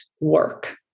work